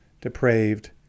depraved